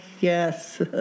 Yes